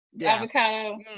avocado